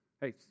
Hey